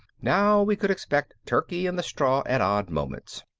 now we could expect turkey in the straw at odd moments.